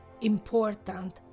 important